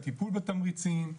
הטיפול בתמריצים,